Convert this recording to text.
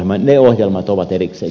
ne ohjelmat ovat erikseen